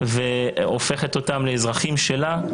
והופכת אותם לאזרחים שלה,